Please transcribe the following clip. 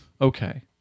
Okay